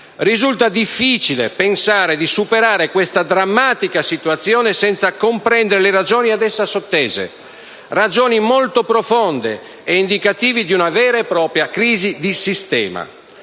risulta difficile pensare di superare questa drammatica situazione senza comprendere le ragioni ad essa sottese, ragioni molto profonde e indicative di una vera e propria crisi di sistema.